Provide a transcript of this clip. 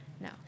no